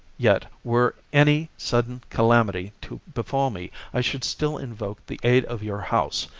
yet, were any sudden calamity to befall me, i should still invoke the aid of your house,